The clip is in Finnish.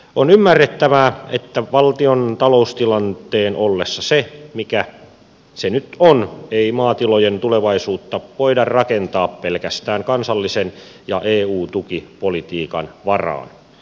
on ymmärrettävää että valtion taloustilanteen ollessa se mikä se nyt on ei maatilojen tulevaisuutta voida rakentaa pelkästään kansallisen ja eu tukipolitiikan varaan